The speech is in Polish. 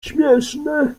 śmieszne